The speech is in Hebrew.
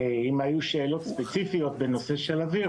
אם יהיו שאלות ספציפיות בנושא של אוויר,